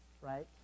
right